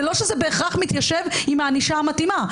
זה לא שזה בהכרח מתיישב עם הענישה המתאימה.